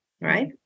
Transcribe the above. right